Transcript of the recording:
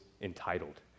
entitled